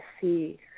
see